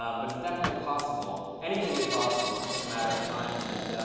um but it's definitely possible. anything is possible, it's just a matter of time. and